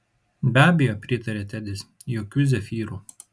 be abejo pritarė tedis jokių zefyrų